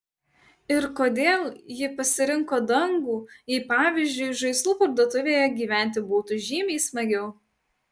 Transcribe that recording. ir kodėl ji pasirinko dangų jei pavyzdžiui žaislų parduotuvėje gyventi būtų žymiai smagiau